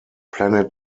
planet